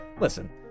listen